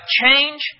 Change